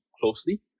closely